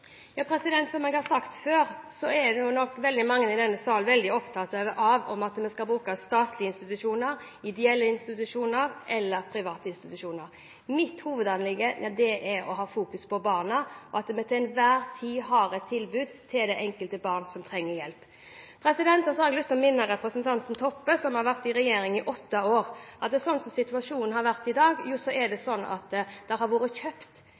Som jeg har sagt før, er veldig mange i denne salen opptatt av at man skal bruke statlige institusjoner, ideelle institusjoner eller private institusjonar. Mitt hovedanliggende er å fokusere på barna, og at vi til enhver tid har et tilbud til det enkelte barn som trenger hjelp. Jeg har lyst til å minne representanten Toppe på, hvis parti har vært i regjering i åtte år, at slik situasjonen har vært til nå, har man kjøpt 50 pst. av de plassene man trenger av ideelle, private og kommersielle aktører. Av de 50 pst. som brukes av ideelle og kommersielle, er det